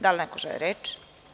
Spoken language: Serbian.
Da li neko želi reč?